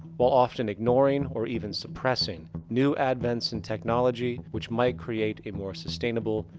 while often ignoring, or even suppressing new advents in technology. which might create a more sustainable,